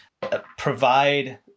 provide